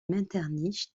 metternich